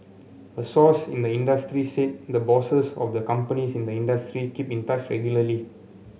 a source in the industry said the bosses of the companies in the industry keep in touch regularly